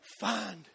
find